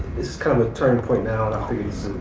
it's it's kind of a turning point now and i